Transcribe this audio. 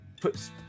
puts